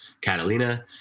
Catalina